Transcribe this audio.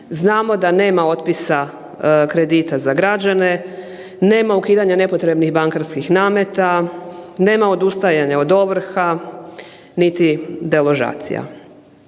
Znamo da nema otpisa kredita za građane, nema ukidanja nepotrebnih bankarskih nameta, nema odustajanja od ovrha, niti deložacija.